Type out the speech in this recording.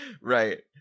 Right